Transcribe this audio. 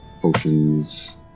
potions